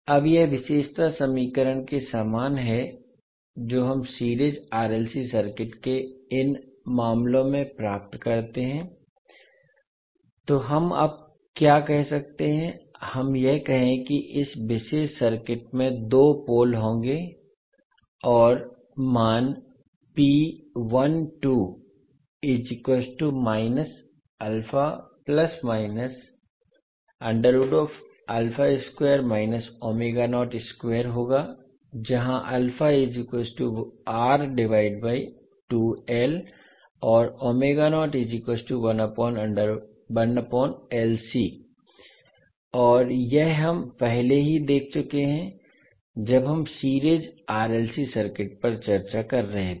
अब यह विशेषता समीकरण के समान है जो हम सीरीज आरएलसी सर्किट के इन मामलों में प्राप्त करते हैं तो हम अब क्या कह सकते हैं हम यह कहें कि इस विशेष सर्किट में दो पोल होंगे और मान होगा जहां और और यह हम पहले ही देख चुके हैं जब हम सीरीज RLC सर्किट पर चर्चा कर रहे थे